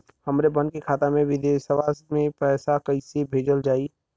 हमरे बहन के खाता मे विदेशवा मे पैसा कई से भेजल जाई?